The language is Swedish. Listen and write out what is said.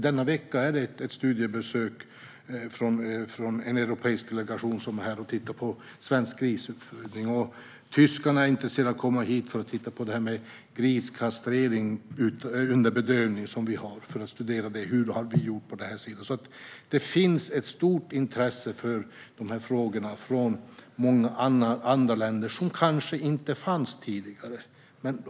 Denna vecka är en europeisk delegation på studiebesök här för att titta på svensk grisuppfödning, och tyskarna är intresserade av att komma hit för att studera griskastrering under bedövning. Det finns alltså ett stort intresse för de här frågorna från många andra länder, som kanske inte fanns tidigare.